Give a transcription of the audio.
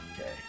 Okay